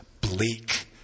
bleak